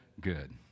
Good